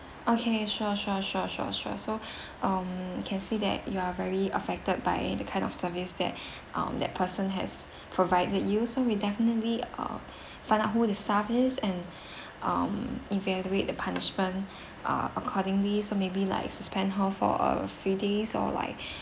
okay sure sure sure sure sure so um we can see that you are very affected by the kind of service that um that person has provided you so we definitely uh find out who's the staff is and um evaluate the punishment uh accordingly so maybe like suspend her for a few days or like